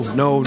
no